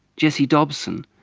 jessie dobson,